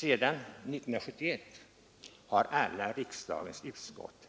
Sedan 1971 har riksdagens alla utskott